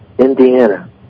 Indiana